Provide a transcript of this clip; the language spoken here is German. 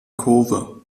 kurve